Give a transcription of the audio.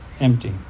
empty